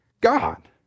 God